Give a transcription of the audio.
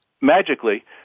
magically